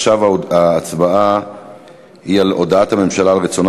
עכשיו ההצבעה היא על הודעת הממשלה על רצונה